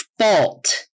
fault